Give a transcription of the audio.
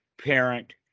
parent